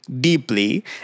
deeply